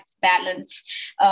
balance